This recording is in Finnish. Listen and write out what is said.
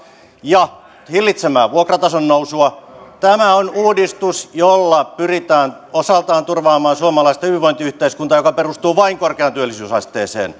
ja hillitsemään vuokratason nousua tämä on uudistus jolla pyritään osaltaan turvaamaan suomalaista hyvinvointiyhteiskuntaa joka perustuu vain korkeaan työllisyysasteeseen